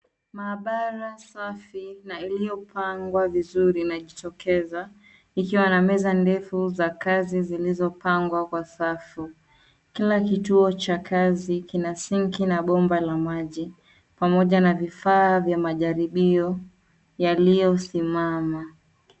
Maabara safi na iliyopangwa vizuri inajitokeza ikiwa na meza ndefu za kazi zilizopangwa kwa safu. Kila kituo cha kazi kina sinki na bomba la maji, pamoja na vifaa vya majaribio yaliyosimama.